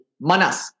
manas